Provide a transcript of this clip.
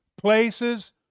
Places